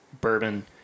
bourbon